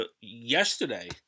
yesterday